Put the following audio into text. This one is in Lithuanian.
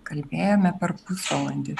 kalbėjome per pusvalandį